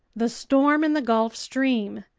the storm in the gulf stream,